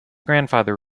grandfather